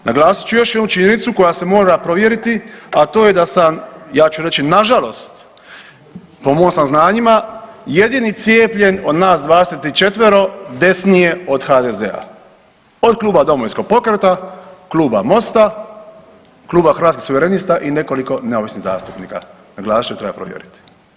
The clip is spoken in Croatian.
Naglasit ću još jednu činjenicu koja se mora provjeriti, a to je da sam ja ću reći nažalost po mojim saznanjima jedini cijepljen od nas 24 desnije od HDZ-a, od Kluba Domovinskog pokreta, Kluba Mosta, Kluba Hrvatskih suverenista i nekoliko neovisnih zastupnika, naglasit ću treba provjeriti.